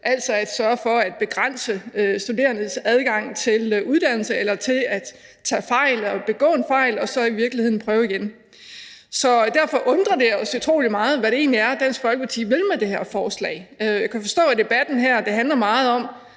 altså at sørge for at begrænse studerendes adgang til uddannelse eller til at tage fejl, begå en fejl og så i virkeligheden prøve igen. Så derfor undrer det os utrolig meget, hvad det egentlig er, Dansk Folkeparti vil med det her forslag. Jeg kan forstå af debatten her, at det handler meget om